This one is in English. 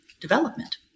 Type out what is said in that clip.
development